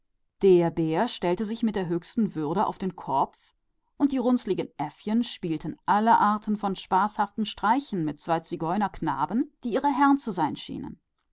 der bär stand mit äußerstem ernst auf dem kopf und die affen machten allerlei lustige kunststücke mit zwei zigeunerknaben die ihre herren zu sein schienen